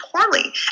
poorly